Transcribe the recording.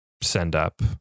send-up